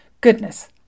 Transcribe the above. Goodness